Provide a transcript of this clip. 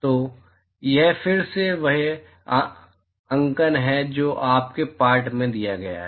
तो यह फिर से वह अंकन है जो आपके पाठ में दिया गया है